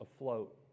afloat